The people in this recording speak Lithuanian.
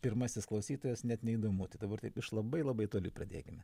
pirmasis klausytojas net neįdomu tai dabar taip iš labai labai toli pradėkime